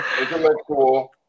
intellectual